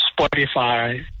Spotify